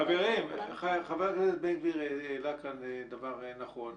חבר הכנסת בן גביר העלה כאן דבר נכון.